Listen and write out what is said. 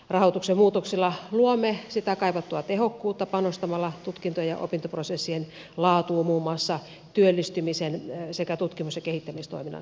rahoituksen muutoksilla luomme sitä kaivattua tehokkuutta panostamalla tutkinto ja opintoprosessien laatuun muun muassa työllistymisen sekä tutkimus ja kehittämistoiminnan perusteella